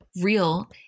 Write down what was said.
real